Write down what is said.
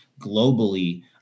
globally